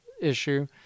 issue